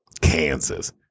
Kansas